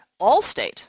Allstate